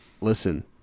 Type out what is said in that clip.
Listen